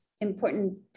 important